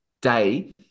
day